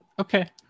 okay